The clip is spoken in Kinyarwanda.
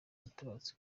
yaratabarutse